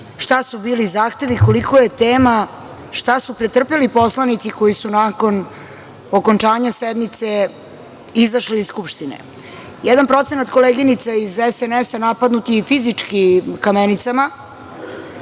šta su bili zahtevi, koliko je tema šta su pretrpeli poslanici koji su nakon okončanja sednice izašli iz Skupštine. Jedan procenat koleginica iz SNS napadnut je fizički kamenicama,